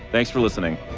thanks for listening